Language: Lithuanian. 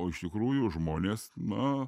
o iš tikrųjų žmonės na